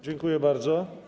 Dziękuję bardzo.